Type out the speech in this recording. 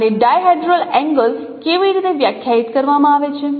અને dihedral angle કેવી રીતે વ્યાખ્યાયિત કરવામાં આવે છે